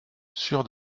sûr